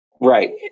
right